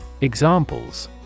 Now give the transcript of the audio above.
Examples